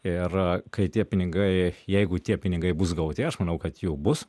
ir kai tie pinigai jeigu tie pinigai bus gauti aš manau kad jų bus